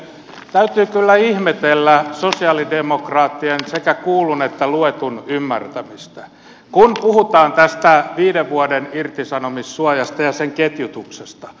täytyy kyllä ihmetellä sosialidemokraattien sekä kuullun että luetun ymmärtämistä kun puhutaan tästä viiden vuoden irtisanomissuojasta ja sen ketjutuksesta